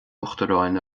uachtaráin